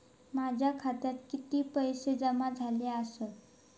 माझ्या खात्यात किती पैसे जमा झाले आसत?